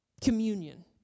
Communion